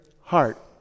heart